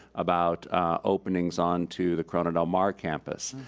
about openings onto the corona del mar campus.